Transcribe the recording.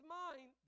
mind